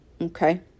Okay